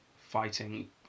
fighting